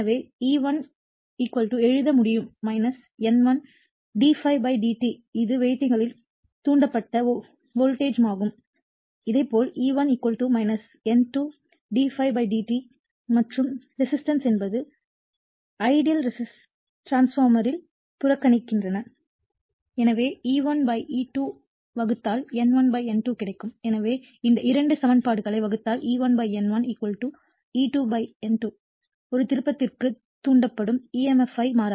எனவே E1 எழுத முடியும் N1 d∅ d t இது வைண்டிங்களில் தூண்டப்பட்ட வோல்டேஜ் மாகும் இதேபோல் E1 N2 d∅ dt மற்றும் ரெசிஸ்டன்ஸ் என்பது ஐடியல் டிரான்ஸ்பார்மர் ல் புறக்கணிக்கின்றன எனவே E1 E2 ஐ வகுத்தால் N1 N2 கிடைக்கும் எனவே இந்த 2 சமன்பாடுகளை வகுத்தால் E1 N1 E2 N2 ஒரு திருப்பத்திற்கு தூண்டப்படும் EMF மாறாது